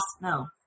no